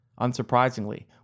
unsurprisingly